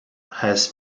has